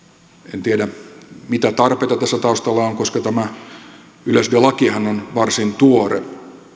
en tiedä mitä tarpeita tässä taustalla on koska tämä yleisradiolakihan on varsin tuore